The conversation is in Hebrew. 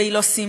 והיא לא סימון,